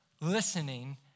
listening